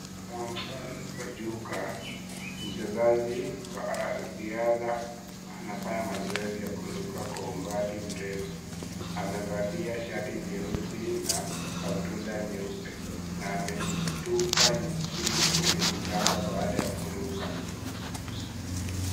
Samson Ojuka mchezaji wa riadha anafanya mazoezi ya kuruka kwa umbali mrefu amevalia shati jeusi kaududa nyeupe na amejitupa chini kwenye mchanga baada ya kuruka.